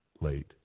late